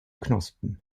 knospen